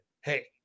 hey